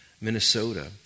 Minnesota